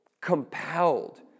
compelled